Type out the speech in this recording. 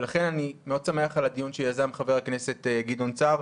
ולכן אני מאוד שמח על הדיון שיזם חבר הכנסת גדעון סער.